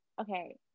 Okay